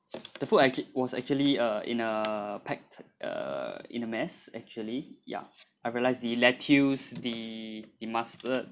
the food actually was actually uh in a packed uh in a mess actually ya I realised the lettuce the the mustard